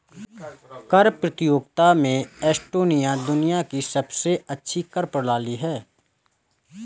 कर प्रतियोगिता में एस्टोनिया दुनिया की सबसे अच्छी कर प्रणाली है